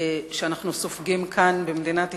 שאנחנו סופגים כאן, במדינת ישראל,